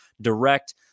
direct